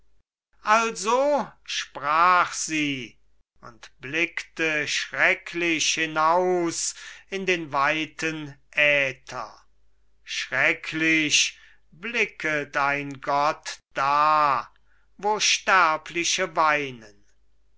also sprach sie und blickte schrecklich hinaus in den weiten äther schrecklich blicket ein gott da wo sterbliche weinen